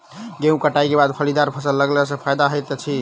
गेंहूँ कटाई केँ बाद फलीदार फसल लगेला सँ की फायदा हएत अछि?